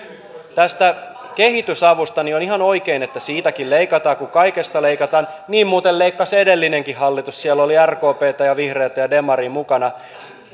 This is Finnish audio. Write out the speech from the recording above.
tästä kehitysavusta on ihan oikein että siitäkin leikataan kun kaikesta leikataan niin muuten leikkasi edellinenkin hallitus siellä oli rkptä ja vihreätä ja demaria mukana